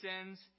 sins